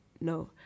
no